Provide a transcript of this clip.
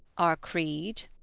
our creed?